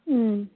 ꯎꯝ